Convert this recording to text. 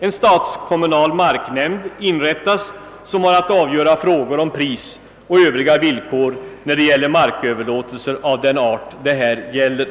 En statskommunal marknämnd inrättas som har att avgöra frågor om pris och övriga villkor i fråga om marköverlåtelser av den art det här gäller.